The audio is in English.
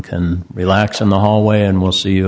can relax in the hallway and we'll see